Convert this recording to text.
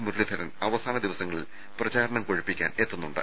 മുര ളീധരൻ അവസാന ദിവസങ്ങളിൽ പ്രചാരണം കൊഴുപ്പിക്കാൻ എത്തുന്നുണ്ട്